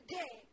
day